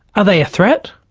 are they a threat,